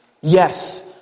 Yes